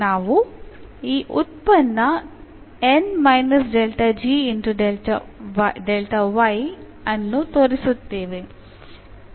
ನಾವು ಈ ಉತ್ಪನ್ನ N ∂g∂y ಅನ್ನು ತೋರಿಸುತ್ತೇವೆ